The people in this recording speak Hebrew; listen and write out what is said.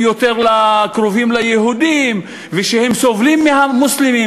יותר קרובים ליהודים ושהם סובלים מהמוסלמים.